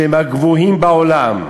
שהם הגבוהים בעולם,